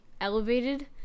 elevated